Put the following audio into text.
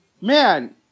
man